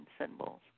symbols